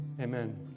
amen